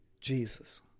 Jesus